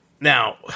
Now